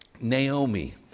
Naomi